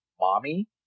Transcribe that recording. mommy